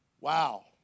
Wow